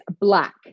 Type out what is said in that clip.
black